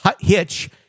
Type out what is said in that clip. Hitch